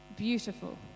beautiful